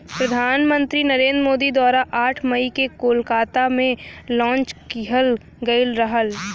प्रधान मंत्री नरेंद्र मोदी द्वारा आठ मई के कोलकाता में लॉन्च किहल गयल रहल